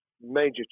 major